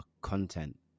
content